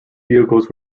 vehicles